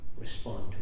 respond